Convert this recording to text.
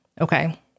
Okay